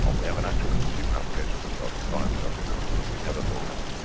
ah we have an actual consumer application for the raspberry pi which i think that was something we never saw coming.